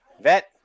vet